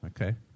Okay